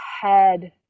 head